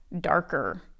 darker